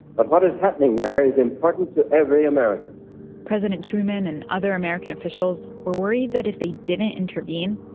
but what is happening there is important to every american president truman and other american officials were worried that if they didn't intervene,